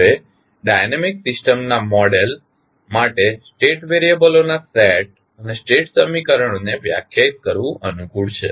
હવે ડાયનેમિક સિસ્ટમના મોડેલ માટે સ્ટેટ વેરિયબલના સેટ અને સેટ સમીકરણો ને વ્યાખ્યાયિત કરવું અનુકૂળ છે